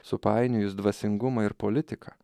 supainiojus dvasingumą ir politiką